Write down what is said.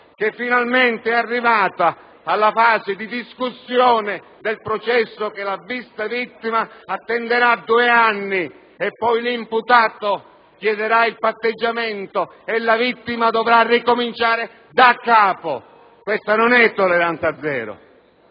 che finalmente è arrivata alla fase di discussione del processo che l'ha vista, appunto, vittima attenderà due anni e poi l'imputato chiederà il patteggiamento e la vittima dovrà ricominciare da capo. Questa non è tolleranza zero,